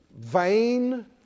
Vain